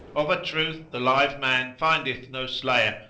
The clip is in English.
of a truth the live man findeth no slayer,